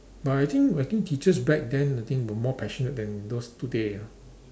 but I think I think teachers back then I think were more passionate than those today ah